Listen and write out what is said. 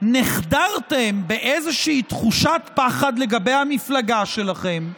נחדרתם באיזושהי תחושת פחד לגבי המפלגה שלכם,